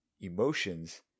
emotions